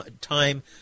time